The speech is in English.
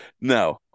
No